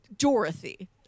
dorothy